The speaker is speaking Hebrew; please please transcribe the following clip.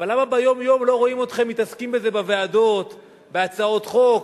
אבל למה ביום-יום לא רואים אתכם מתעסקים בזה בוועדות בהצעות חוק?